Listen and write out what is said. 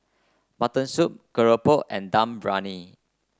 Mutton Soup Keropok and Dum Briyani